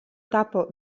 tapo